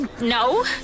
no